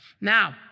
Now